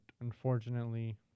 unfortunately